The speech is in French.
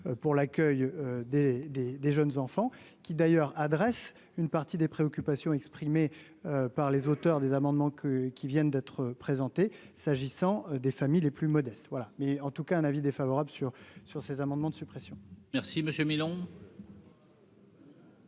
pour l'accueil des des des jeunes enfants qui d'ailleurs adresse une partie des préoccupations exprimées par les auteurs des amendements que qui viennent d'être présentés, s'agissant des familles les plus modestes voilà, mais en tout cas un avis défavorable sur sur ces amendements de suppression. Merci monsieur